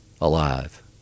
alive